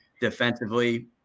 defensively